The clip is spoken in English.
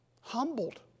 Humbled